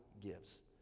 gives